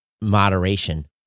moderation